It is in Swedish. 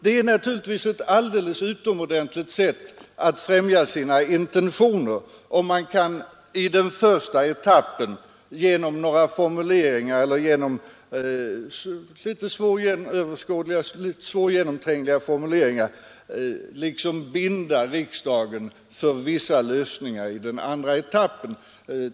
Det är naturligtvis ett alldeles utomordentligt sätt att främja sina intentioner om man i en första etapp genom litet svårgenomträngliga formuleringar kan binda riksdagen för vissa lösningar i den andra etappen.